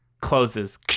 closes